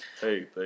Hey